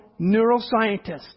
neuroscientist